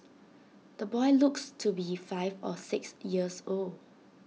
the boy looks to be five or six years old